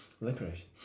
Licorice